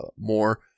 more